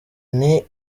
nti